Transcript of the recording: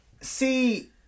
See